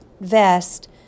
vest